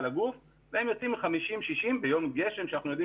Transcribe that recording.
הגוף והם יוצאים עם 60-50 ביום גשם כשאנחנו יודעים